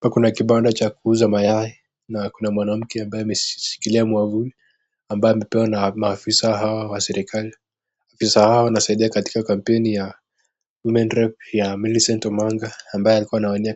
Hapa kuna kibanda cha kuuza mayai na kuna mwanamke ambaye ameshikilia mwavuli, ambayo amepewa na maafisa hawa wa serikali. Maafisa hawa wanasaidia katika kampeni ya women rep ya Millicent Omanga, ambaye alikuwa anawania